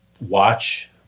watch